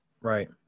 Right